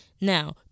Now